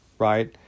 right